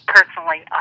Personally